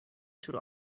tür